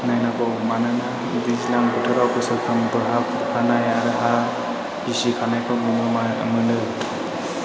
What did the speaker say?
नायनांगौ मानोना दैज्लां बोथोराव बोसोरफ्रोमबो हा खुरखानाय आरो हा गिसिखानायफोर नुनो मोनो